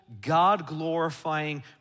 God-glorifying